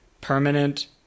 permanent